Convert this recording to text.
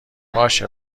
باشه